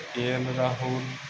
କେ L Rahul